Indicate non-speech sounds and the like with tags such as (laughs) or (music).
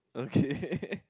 okay (laughs)